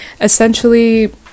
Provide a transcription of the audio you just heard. essentially